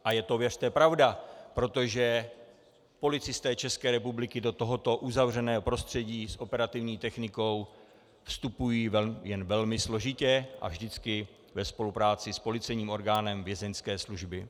A je to, věřte, pravda, protože policisté České republiky do tohoto uzavřeného prostředí s operativní technikou vstupují jen velmi složitě a vždycky ve spolupráci s policejním orgánem Vězeňské služby.